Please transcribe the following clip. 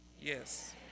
Yes